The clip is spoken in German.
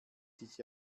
dich